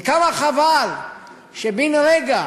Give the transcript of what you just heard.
וכמה חבל שבן-רגע